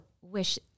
wish